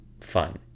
Fun